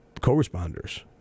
co-responders